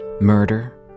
murder